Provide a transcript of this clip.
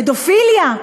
פדופיליה,